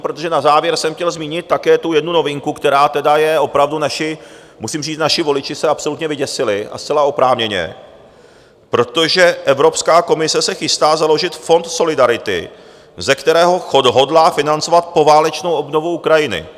Protože na závěr jsem chtěl zmínit také jednu novinku, která tedy je opravdu musím říct, naši voliči se absolutně vyděsili a zcela oprávněně protože Evropská komise se chystá založit Fond solidarity, ze kterého hodlá financovat poválečnou obnovu Ukrajiny.